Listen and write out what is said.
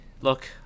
look